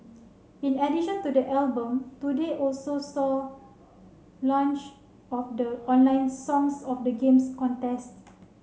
in addition to the album today also saw launch of the online Songs of the Games contest